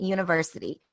University